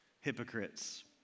hypocrites